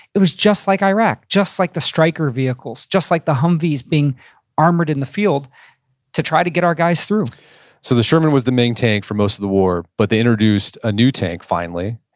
it was just like iraq. just like the stryker vehicles. just like the humvee's being armored in the field to try to get our guys through so the sherman was the main tank for most of the war, but they introduced a new tank finally,